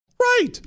Right